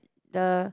the